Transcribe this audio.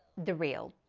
the reel.